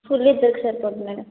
full ఇద్దరికి సరిపోతుంది madam